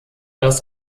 das